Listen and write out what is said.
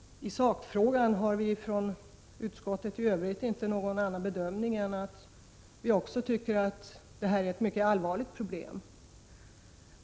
I sakfrågan har vi från utskottet i övrigt inte någon annan bedömning än reservanten. Vi tycker också att detta är ett mycket allvarligt problem.